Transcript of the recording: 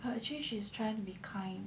well actually she's trying be kind